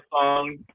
song